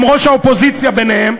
גם ראש האופוזיציה ביניהם,